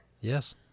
Yes